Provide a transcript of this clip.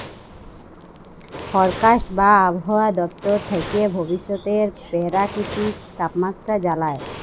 forecast বা আবহাওয়া দপ্তর থ্যাকে ভবিষ্যতের পেরাকিতিক তাপমাত্রা জালায়